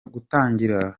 gutangira